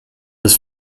des